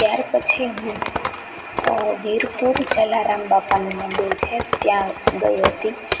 ત્યાર પછી હું વીરપુર જલારામ બાપાનું મંદિર છે ત્યાં ગઈ હતી